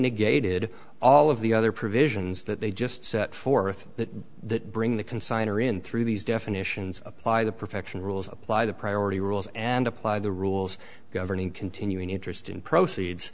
negated all of the other provisions that they just set forth that that bring the consigner in through these definitions apply the perfection rules apply the priority rules and apply the rules governing continuing interest in proceeds